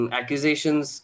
accusations